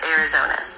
Arizona